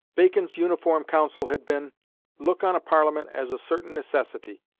bacon's uniform counsel had been look on a parliament as a certain necessity,